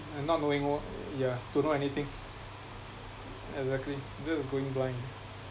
and not knowing what yeah don't know anything exactly this is going blind